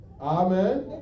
Amen